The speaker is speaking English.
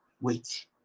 wait